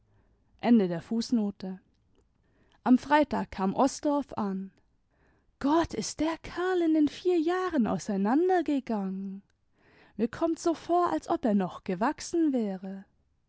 am freitag kam osdorff an gott ist der kerl in den vier jahren auseinander gegangen mir konmit's so vor als ob er noch gewachsen wäre